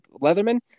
Leatherman